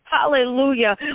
Hallelujah